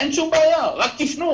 אין שום בעיה, רק תפנו.